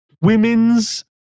Women's